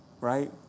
right